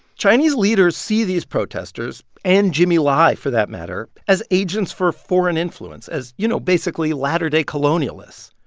chinese leaders see these protesters and jimmy lai, for that matter, as agents for foreign influence as, you know, basically latter-day colonialists.